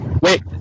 Wait